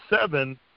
seven